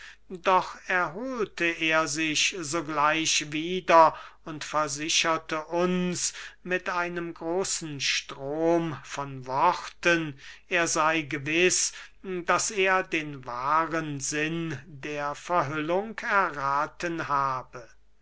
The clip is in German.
doch erhohlte er sich sogleich wieder und versicherte uns mit einem großen strom von worten er sey gewiß daß er den wahren sinn der verhüllung errathen habe